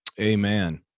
Amen